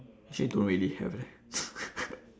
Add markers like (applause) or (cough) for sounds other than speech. actually don't really have leh (laughs)